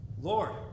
lord